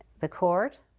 the court,